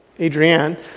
Adrienne